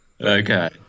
Okay